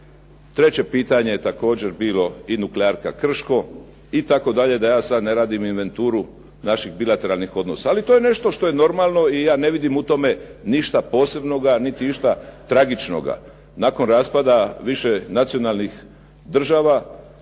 Treće pitanje je također bilo u nuklearka Krško itd., da ja sad ne radim inventuru naših bilateralnih odnosa. Ali to je nešto što je normalno i ja ne vidim u tome ništa posebnoga niti išta tragičnoga. Nakon raspada više nacionalnih država